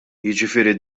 jiġifieri